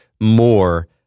more